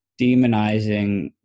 demonizing